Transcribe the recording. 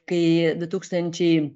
kai du tūkstančiai